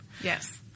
Yes